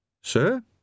Sir